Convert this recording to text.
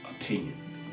opinion